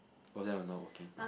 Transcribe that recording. oh they are not working